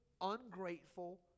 ungrateful